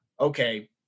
okay